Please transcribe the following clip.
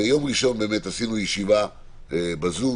ביום ראשון עשינו ישיבה ארוכה בזום,